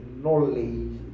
knowledge